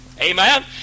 Amen